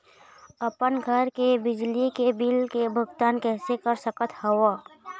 अपन घर के बिजली के बिल के भुगतान कैसे कर सकत हव?